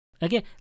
Again